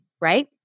right